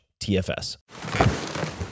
TFS